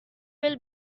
will